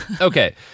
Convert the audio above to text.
okay